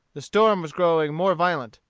the storm was growing more violent,